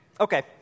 Okay